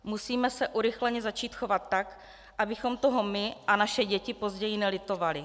Musíme se urychleně začít chovat tak, abychom toho my a naše děti později nelitovali.